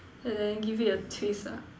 and then give it a twist ah